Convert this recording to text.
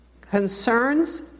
concerns